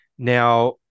Now